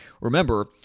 remember